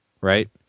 right